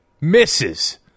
misses